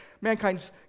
mankind's